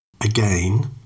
Again